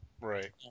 right